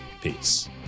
Peace